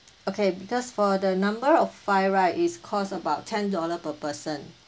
okay because for the number of five right is cost about ten dollar per person